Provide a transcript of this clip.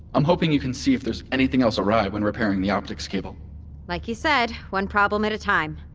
i'm hoping you can see if there is anything else awry when repairing the optics cable like you said, one problem at a time